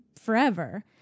forever